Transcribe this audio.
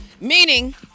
Meaning